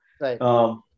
Right